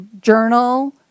journal